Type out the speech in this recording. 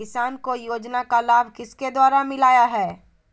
किसान को योजना का लाभ किसके द्वारा मिलाया है?